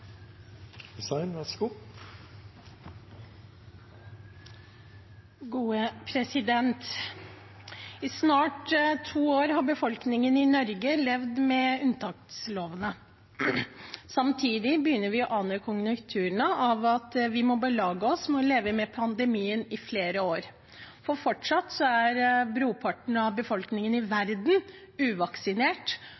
I snart to år har befolkningen i Norge levd med unntakslovene. Samtidig begynner vi å ane konturene av at vi må belage oss på å leve med pandemien i flere år, for fortsatt er brorparten av befolkningen i